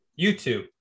youtube